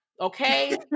okay